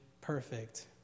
perfect